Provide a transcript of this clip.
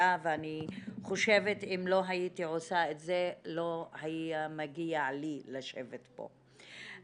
ואני חושבת שאם לא הייתי עושה את זה לא היה מגיע לי לשבת פה.